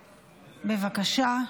בבקשה.